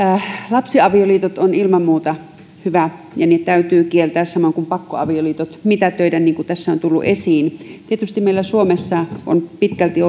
esitys on ilman muuta hyvä ja lapsiavioliitot täytyy kieltää samoin kuin pakkoavioliitot mitätöidä niin kuin tässä on tullut esiin tietysti meillä suomessa on pitkälti